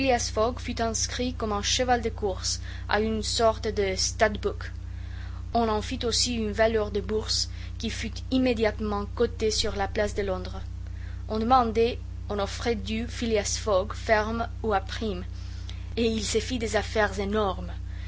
fut inscrit comme un cheval de course à une sorte de studbook on en fit aussi une valeur de bourse qui fut immédiatement cotée sur la place de londres on demandait on offrait du phileas fogg ferme ou à prime et il se fit des affaires énormes